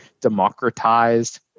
democratized